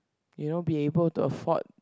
you know be able to afford